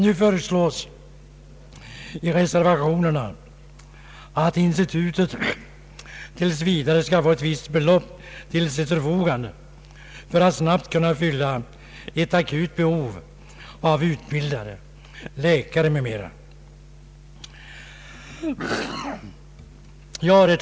I reservationen föreslås att institutet tills vidare skall få ett visst belopp till sitt förfogande för att snabbt kunna fylla ett akut behov av utbildning av läkare m.fl. Herr talman!